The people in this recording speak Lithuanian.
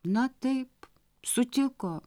na taip sutiko